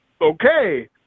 okay